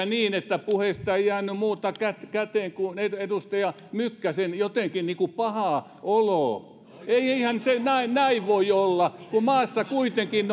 niin että puheesta ei jäänyt muuta käteen kuin edustaja mykkäsen jotenkin niin kuin paha olo ei eihän se näin voi olla kun maassa kuitenkin